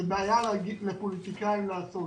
זו בעיה לפוליטיקאים לעשות.